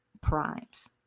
primes